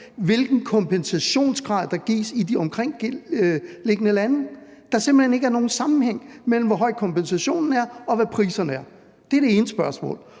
hvilken kompensationsgrad der er i de omkringliggende lande – at der simpelt hen er ikke nogen sammenhæng mellem, hvor høj kompensationen er, og hvad priserne er? Det er det ene spørgsmål.